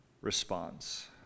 response